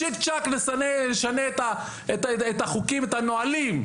צ'יק צ'ק נשנה את החוקים ואת הנהלים".